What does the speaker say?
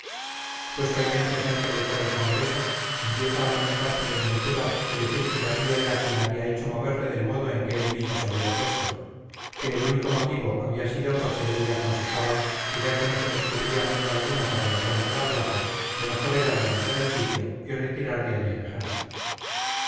puesto allí en presencia de todo el congreso empieza a lamentar su desventura y decir que darío era quien había hecho moverle del modo en que él mismo se había puesto que el único motivo había sido porque él le aconsejaba que ya que no se descubría medio alguno para la toma de la plaza lo mejor era levantar el sitio y retirar de allí el ejército